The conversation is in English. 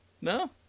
No